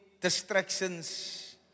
distractions